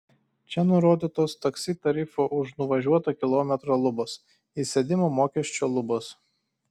čia nurodytos taksi tarifo už nuvažiuotą kilometrą lubos įsėdimo mokesčio lubos